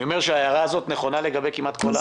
שההערה הזו נכונה לגבי כמעט כל הענפים.